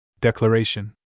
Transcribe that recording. Declaration